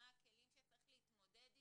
מה הכלים שאיתם צריכים להתמודד איתם,